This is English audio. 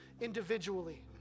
individually